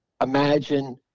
imagine